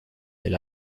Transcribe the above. del